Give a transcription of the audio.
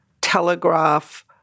telegraph